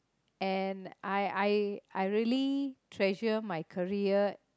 and I I I really treasure my career